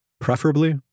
preferably